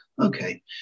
Okay